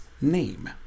name